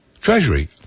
treasury